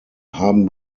haben